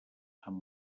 amb